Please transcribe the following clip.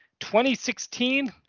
2016